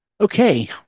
Okay